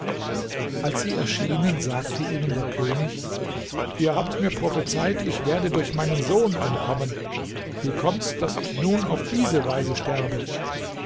als sie erschienen sagte ihnen der könig ihr habt mir prophezeit ich werde durch meinen sohn umkommen wie kommt's daß ich nun auf diese weise sterbe